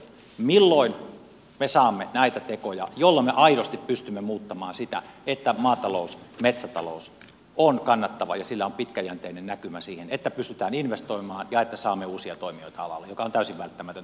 milloin me saamme näitä tekoja joilla me aidosti pystymme muuttamaan sitä että maatalous metsätalous on kannattavaa ja sillä on pitkäjänteinen näkymä siihen että pystytään investoimaan ja että saamme uusia toimijoita alalle mikä on täysin välttämätöntä kehittämisen kannalta